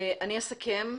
אני אסכם.